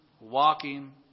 walking